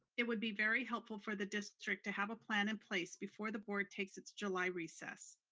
it would be very helpful for the district to have a plan in place before the board takes its july recess.